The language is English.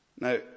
now